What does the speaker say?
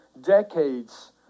decades